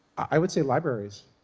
i would say libraries.